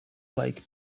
like